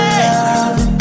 love